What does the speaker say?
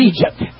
Egypt